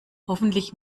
hoffentlich